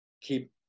keep